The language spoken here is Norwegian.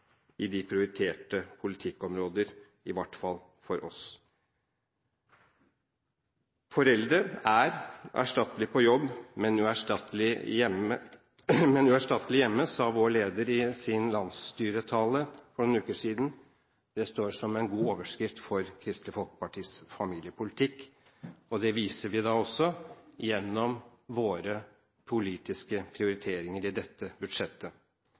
i de prioriterte politikkområder, i hvert fall for oss. Foreldre er erstattelige på jobb, men uerstattelige hjemme, sa vår leder i sin landsstyretale for noen uker siden. Det står som en god overskrift for Kristelig Folkepartis familiepolitikk. Det viser vi da også gjennom våre politiske prioriteringer i dette budsjettet.